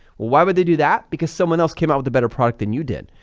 why would they do that? because someone else came out with a better product than you did,